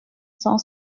cent